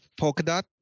Polkadot